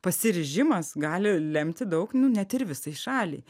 pasiryžimas gali lemti daug nu net ir visai šaliai